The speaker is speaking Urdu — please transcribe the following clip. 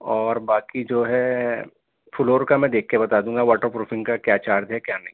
اور باقی جو ہے فلور کا میں دیکھ کے بتا دوں گا واٹر پروفنگ کا کیا چارج ہے کیا نہیں